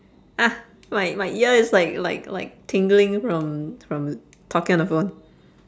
my my ear is like like like tingling from from talking on the phone